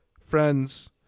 friends